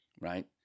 Right